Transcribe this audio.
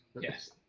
Yes